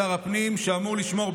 שר הפנים שאמור לשמור,